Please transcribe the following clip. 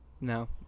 No